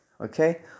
okay